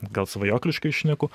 gal svajokliškai šneku